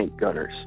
gunners